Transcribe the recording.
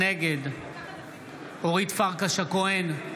נגד אורית פרקש הכהן,